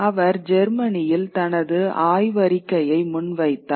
அவர் ஜெர்மனியில் தனது ஆய்வறிக்கையை முன்வைத்தார்